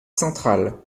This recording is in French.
central